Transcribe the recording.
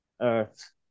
earth